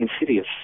insidious